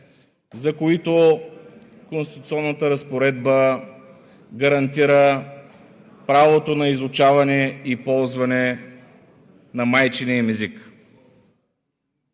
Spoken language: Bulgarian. за които конституционната разпоредба гарантира правото на изучаване и ползване на майчиния им език.